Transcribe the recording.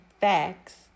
facts